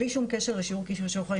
בלי שום קשר לשיעור כישורי חיים,